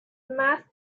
math